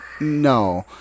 no